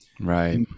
right